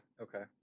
Okay